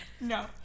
No